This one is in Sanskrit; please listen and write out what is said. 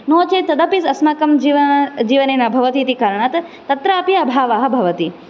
नो चेत् तदपि अस्माकं जिवनं जीवने न भवति इति कारणात् तत्रापि अभावः भवति